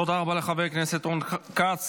תודה רבה לחבר הכנסת רון כץ.